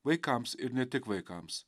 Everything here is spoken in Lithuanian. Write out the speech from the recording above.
vaikams ir ne tik vaikams